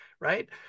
right